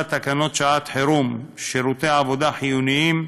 תקנות שעת-חירום (שירותי עבודה חיוניים,